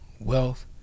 wealth